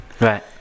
Right